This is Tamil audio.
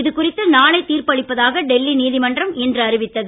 இதுகுறித்து நாளை தீர்ப்பு அளிப்பதாக டெல்லி நீதிமன்றம் இன்று அறிவித்தது